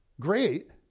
great